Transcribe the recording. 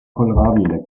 kohlrabi